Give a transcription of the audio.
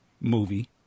movie